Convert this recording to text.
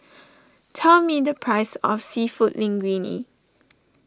tell me the price of Seafood Linguine